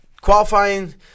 qualifying